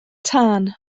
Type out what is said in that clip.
tân